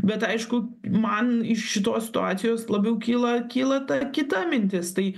bet aišku man iš šitos situacijos labiau kyla kyla ta kita mintis tai